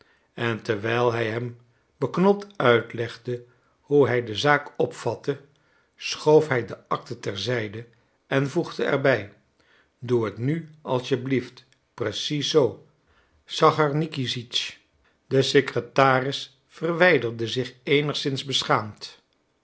en terwijl hij hem beknopt uitlegde hoe hij de zaak opvatte schoof hij de acten ter zijde en voegde er bij doe het nu als je blieft precies zoo sacharnikizitsch de secretaris verwijderde zich eenigszins beschaamd